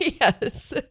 Yes